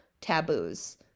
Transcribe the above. taboos